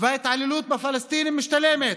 וההתעללות בפלסטינים משתלמים,